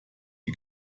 die